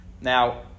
Now